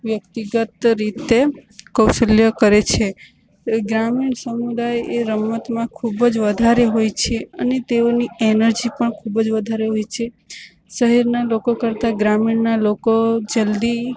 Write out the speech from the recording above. વ્યક્તિગત રીતે કૌશલ્ય કરે છે ગ્રામીણ સમુદાય એ રમતમાં ખૂબ જ વધારે હોય છે અને તેઓની એનર્જી પણ ખૂબ જ વધારે હોય છે શહેરના લોકો કરતા ગ્રામીણના લોકો જલ્દી